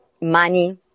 money